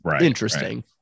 interesting